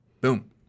Boom